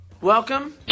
Welcome